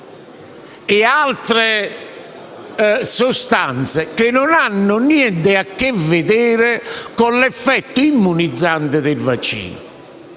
e altre sostanze che niente hanno a che vedere con l'effetto immunizzante del vaccino.